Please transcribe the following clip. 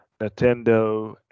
Nintendo